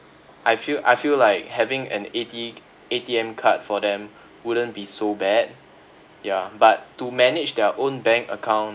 I feel I feel like having an A_T A_T_M card for them wouldn't be so bad ya but to manage their own bank account